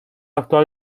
actual